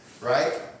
right